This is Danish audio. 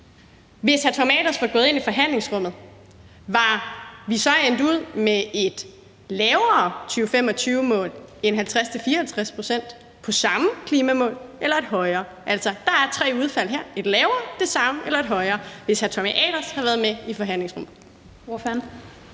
Hvis hr. Tommy Ahlers var gået ind i forhandlingsrummet, var vi så endt ud med et lavere 2025-mål end 50-54 pct., det samme klimamål eller et højere? Altså, der er tre udfald her: et lavere, det samme eller et højere – hvis hr. Tommy Ahlers havde været med i forhandlingsrummet.